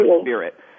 spirit